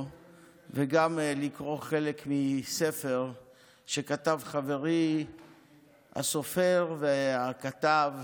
וגם לקרוא חלק מספר שכתב חברי הסופר והכתב